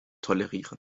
tolerieren